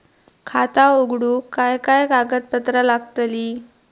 खाता उघडूक काय काय कागदपत्रा लागतली?